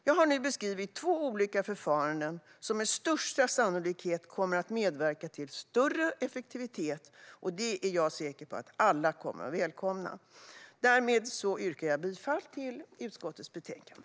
Jag har nu beskrivit två olika förfaranden som med största sannolikhet kommer att medverka till större effektivitet, och det är jag säker på att alla kommer att välkomna. Därmed yrkar jag bifall till förslaget i utskottets betänkande.